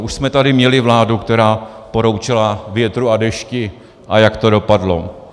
Už jsme tady měli vládu, která poroučela větru a dešti, a jak to dopadlo.